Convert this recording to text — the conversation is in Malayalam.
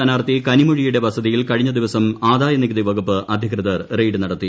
സ്ഥാനാർത്ഥി കനിമൊഴിയുടെ വസതിയിൽ കഴിഞ്ഞ ദിവസം ആദായ നികുതി വകുപ്പ് അധികൃതർ റെയ്ഡ് നടത്തി